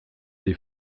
des